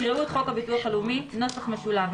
יקראו את חוק הביטוח הלאומי [נוסח משולב],